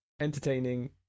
entertaining